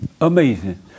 Amazing